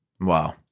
Wow